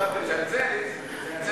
תצלצל, איציק, תצלצל.